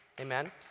Amen